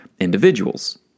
individuals